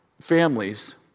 families